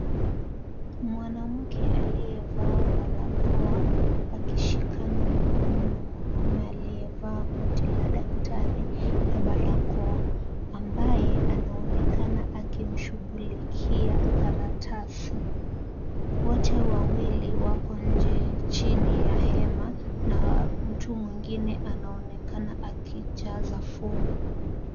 Mwanamke aliyevaa barakoa akishikana mkono na mwanaume aliyevaa koti la daktari na barakoa, ambaye anaonekana akimshughulikia karatasi. Wote wawili wako nje chini ya hema na mtu mwingine anaonekana akijaza fomu.